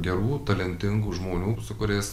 gerų talentingų žmonių su kuriais